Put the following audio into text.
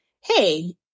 Hey